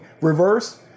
reverse